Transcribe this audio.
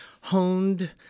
honed